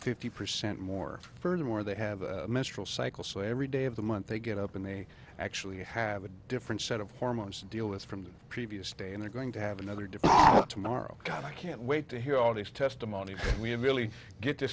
fifty percent more furthermore they have a mistral cycle so every day of the month they get up and they actually have a different set of hormones to deal with from the previous day and they're going to have another dip tomorrow god i can't wait to hear all these testimonies we have really get t